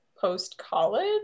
post-college